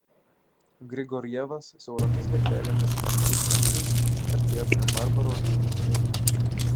grigorjevas siauromis gatvelėmis ir kiemais artėjo prie barbaro rūmų